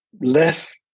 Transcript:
Less